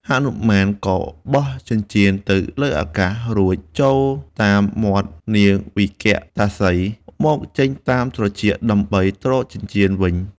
ហនុមាន ក៏បោះចិញ្ចៀនទៅលើអាកាសរួចចូលតាមមាត់នាងវិកតាសី មកចេញតាមត្រចៀក ដើម្បីទ្រចិញ្ចៀនវិញ។